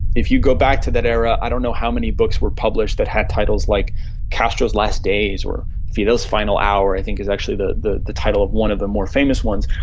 if you go back to that era, i don't know how many books were published that had titles like castro's last days, or fidel's final hour i think is actually the the title of one of the more famous ones,